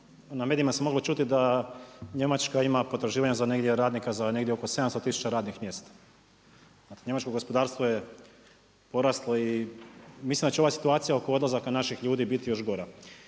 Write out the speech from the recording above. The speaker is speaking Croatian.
na medijima se moglo čuti da Njemačka ima potraživanja za negdje radnika, za negdje oko 700 tisuća radnih mjesta. Njemačko gospodarstvo je poraslo i mislim da će ova situacija oko odlazaka naših ljudi biti još gora.